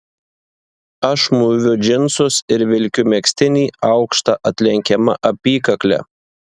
aš mūviu džinsus ir vilkiu megztinį aukšta atlenkiama apykakle